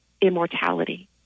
immortality